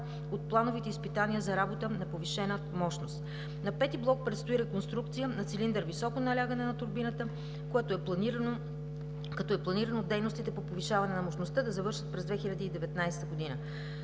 от плановите изпитания за работа на повишена мощност. На V блок предстои реконструкция на цилиндър високо налягане на турбината, като е планирано дейностите по повишаване на мощността да завършат през 2019 година.